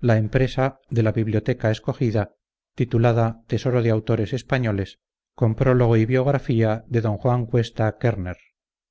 la empresa de la biblioteca escogida titulada tesoro de autores españoles con prólogo y biografía de d juan cuesta